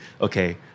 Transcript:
okay